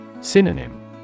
Synonym